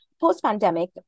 post-pandemic